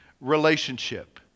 relationship